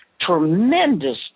tremendous